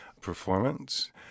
performance